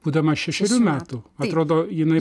būdama šešerių metų atrodo jinai